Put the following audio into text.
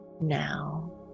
now